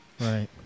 Right